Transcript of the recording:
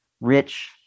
rich